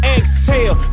Exhale